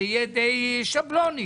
זה יהיה די שבלוני.